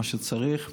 מה שצריך,